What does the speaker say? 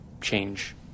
change